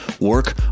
work